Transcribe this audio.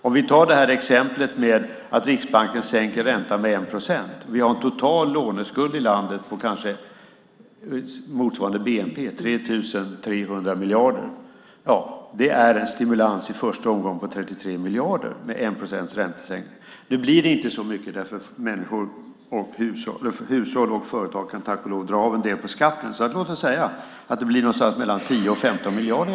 Om Riksbanken som exempel sänker räntan med 1 procent och vi har en total låneskuld i landet på kanske motsvarande bnp, det vill säga 3 300 miljarder, är det i första omgången en stimulans på 33 miljarder. Nu blir det inte så mycket eftersom hushåll och företag tack och lov kan dra av en del på skatten. Låt oss alltså säga att det blir någonstans mellan 10 och 15 miljarder.